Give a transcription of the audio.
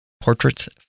Portraits